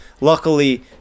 Luckily